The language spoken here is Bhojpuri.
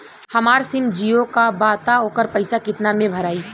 हमार सिम जीओ का बा त ओकर पैसा कितना मे भराई?